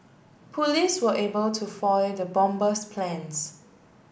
police were able to foil the bomber's plans